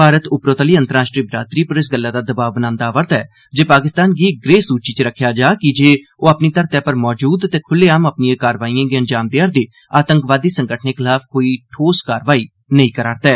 भारत उप्परोतली अंतरराष्ट्रीय बरादरी पर इस गल्लै दा दबाव बनांदा अवा रदा ऐ जे पाकिस्तान गी ग्रे सूची च रखेआ जा कीजे ओ अपनी घरतै पर मजूद ते खुल्ले आम अपनिए कार्रवाईएं गी अंजाम देआ रदे आतंकी संगठनें खलाफ कोई ठोस कार्रवाई नेईं करै करदा ऐ